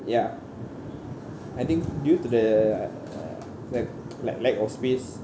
ya I think due to the lack lack of space